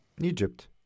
Egypt